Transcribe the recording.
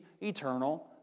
eternal